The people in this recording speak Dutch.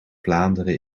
vlaanderen